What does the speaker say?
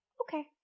okay